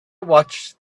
watched